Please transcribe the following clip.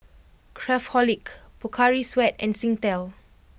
Craftholic Pocari Sweat and Singtel